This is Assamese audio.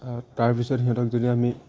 আৰু তাৰপিছত সিহঁতক যদি আমি